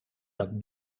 dat